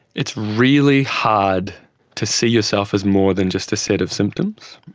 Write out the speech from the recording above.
it's really hard to see yourself as more than just a set of symptoms.